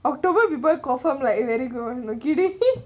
october people confirm like very grown